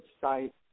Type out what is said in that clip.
site